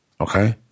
Okay